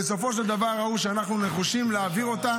בסופו של דבר ראו שאנחנו נחושים להעביר אותה,